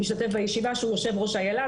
יו"ר איילה,